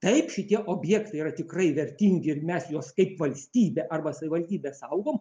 taip šitie objektai yra tikrai vertingi ir mes juos kaip valstybė arba savivaldybė saugom